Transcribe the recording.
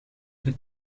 dit